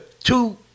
two